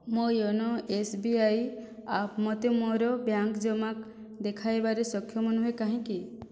ମୋ YONO S B I app ମୋତେ ମୋର ବ୍ୟାଙ୍କ ଜମା ଦେଖାଇବାରେ ସକ୍ଷମ ନୁହେଁ କାହିଁକି